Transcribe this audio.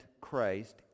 Christ